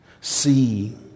see